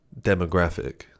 demographic